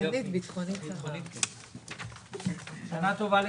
הישיבה ננעלה בשעה 12:15.